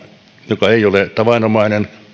joka ei ole tavanomainen